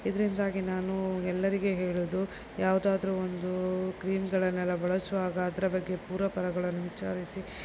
ಇದರಿಂದಾಗಿ ನಾನು ಎಲ್ಲರಿಗೆ ಹೇಳೋದು ಯಾವುದಾದ್ರೂ ಒಂದು ಕ್ರೀಮ್ಗಳನ್ನೆಲ್ಲ ಬಳಸುವಾಗ ಅದರ ಬಗ್ಗೆ ಪೂರ್ವಾಪರಗಳನ್ನು ವಿಚಾರಿಸಿ